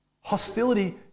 Hostility